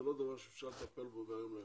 זה לא דבר שאפשר לטפל בו מהיום להיום.